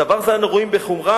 דבר זה אנו רואים בחומרה,